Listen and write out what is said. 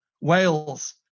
Wales